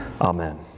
Amen